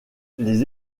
les